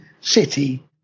city